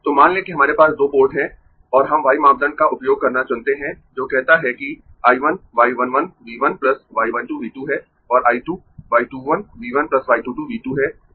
तो मान लें कि हमारे पास दो पोर्ट है और हम y मापदंड का उपयोग करना चुनते है जो कहता है कि I 1 y 1 1 V 1 y 1 2 V 2 है और I 2 y 2 1 V 1 y 2 2 V 2 है